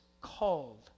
called